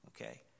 Okay